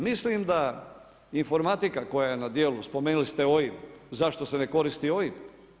Mislim da informatika koja je na djelu, spomenuli ste OIB, zašto se ne koristi OIB.